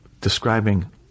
describing